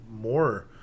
more